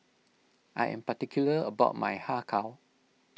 I am particular about my Har Kow